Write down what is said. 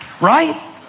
Right